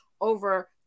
over